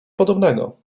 podobnego